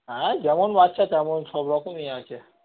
হ্যাঁ যেমন বাচ্চা তেমন সব রকমই আছে